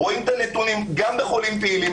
רואים את הנתונים גם בחולים פעילים,